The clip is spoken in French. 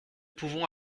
pouvons